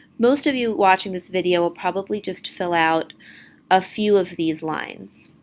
most of you watching this video will probably just fill out a few of these lines.